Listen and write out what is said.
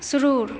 शुरू